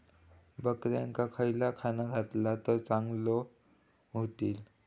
बकऱ्यांका खयला खाणा घातला तर चांगल्यो व्हतील?